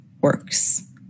works